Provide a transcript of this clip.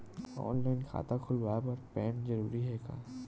Online खाता खुलवाय बर पैन जरूरी हे का?